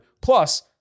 Plus